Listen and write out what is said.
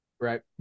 Right